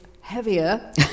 heavier